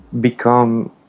become